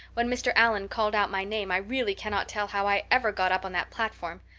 when mr. allan called out my name i really cannot tell how i ever got up on that platform.